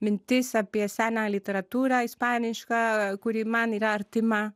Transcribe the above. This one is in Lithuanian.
mintis apie seną literatūrą ispanišką kuri man yra artima